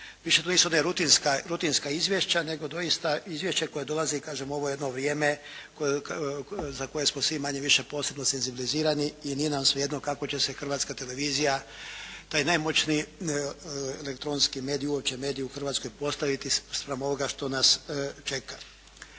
Više to nisu ona rutinska izvješća, nego doista izvješće koje dolazi kažem u ovo jedno vrijeme za koje smo svi manje-više posebno senzibilizirani i nije nam svejedno kako će se Hrvatska televizija, taj najmoćniji elektronski medij, uopće medij u Hrvatskoj postaviti spram ovoga što nas čeka.